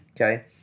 Okay